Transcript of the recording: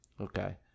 Okay